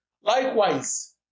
Likewise